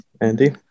Andy